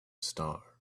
star